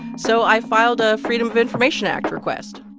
so i filed a freedom of information act request